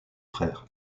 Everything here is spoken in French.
frères